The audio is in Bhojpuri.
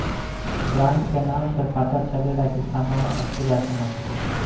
ब्रांड के नाम से पता चलेला की सामान असली बा कि नकली